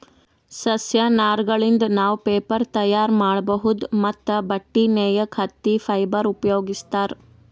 ಸಸ್ಯ ನಾರಗಳಿಂದ್ ನಾವ್ ಪೇಪರ್ ತಯಾರ್ ಮಾಡ್ಬಹುದ್ ಮತ್ತ್ ಬಟ್ಟಿ ನೇಯಕ್ ಹತ್ತಿ ಫೈಬರ್ ಉಪಯೋಗಿಸ್ತಾರ್